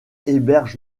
héberge